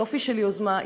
יופי של יוזמה,